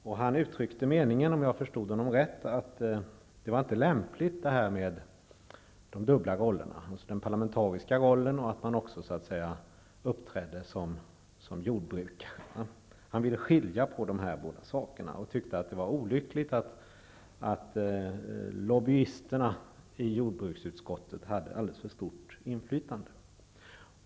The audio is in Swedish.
Om jag förstod honom rätt, uttryckte han meningen att det inte var lämpligt med de dubbla rollerna, dels den parlamentariska rollen, dels att man uppträdde som jordbrukare. Han ville skilja på dessa båda roller och tyckte att det var olyckligt att lobbyisterna i jordbruksutskottet hade alldeles för stort inflytande.